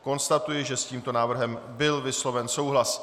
Konstatuji, že s tímto návrhem byl vysloven souhlas.